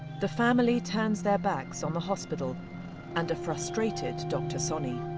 the family turns their backs on the hospital and a frustrated dr soni.